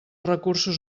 recursos